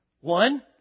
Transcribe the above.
One